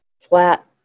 flat